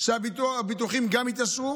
שהביטוחים גם יתעשרו,